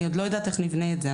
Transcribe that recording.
אני עוד לא יודעת איך נבנה את זה.